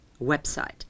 website